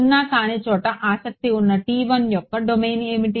సున్నా కాని చోట ఆసక్తి ఉన్న యొక్క డొమైన్ ఏమిటి